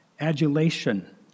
adulation